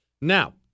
Now